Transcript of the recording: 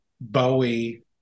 Bowie